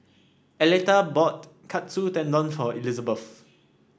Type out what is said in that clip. Aleta bought Katsu Tendon for Elizbeth